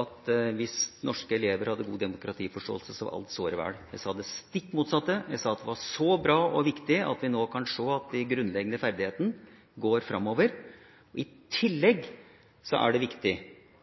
at hvis norske elever hadde god demokratiforståelse, så er alt såre vel. Jeg sa det stikk motsatte, jeg sa at det var så bra og viktig at vi nå kan se at de grunnleggende ferdighetene går framover. I tillegg er det viktig